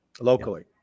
locally